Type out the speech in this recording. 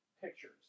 pictures